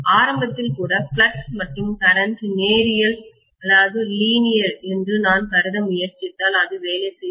ஆரம்பத்தில் கூட ஃப்ளக்ஸ் மற்றும் கரண்ட் நேரியல்லீனியர் என்று நான் கருத முயற்சித்தால் அது வேலை செய்யாது